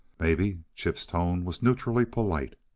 maybe. chip's tone was neutrally polite.